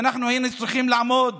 ואנחנו היינו צריכים לעמוד